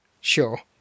sure